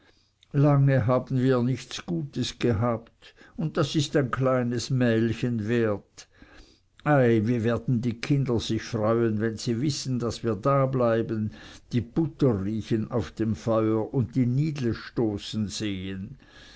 lange haben wir nichts gutes gehabt und das ist ein kleines mählchen wert ei wie werden die kinder sich freuen wenn sie wissen daß wir dableiben den anken riechen auf dem feuer und die nidle stoßen sehen